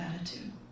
attitude